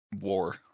war